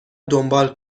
دنبال